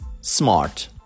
smart